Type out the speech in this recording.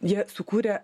jie sukūrė